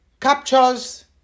captures